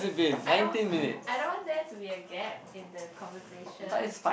I don't want I don't want there to be a gap in the conversation